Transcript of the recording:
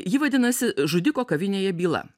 ji vadinasi žudiko kavinėje byla